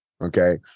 Okay